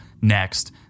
next